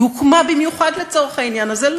היא הוקמה במיוחד לצורך העניין הזה.